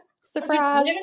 Surprise